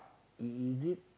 is it